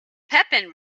pepin